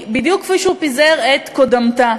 בדיוק כפי שהוא פיזר את קודמתה,